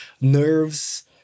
nerves